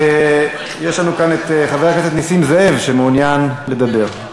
יש לנו כאן את חבר הכנסת נסים זאב שמעוניין לדבר.